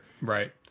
Right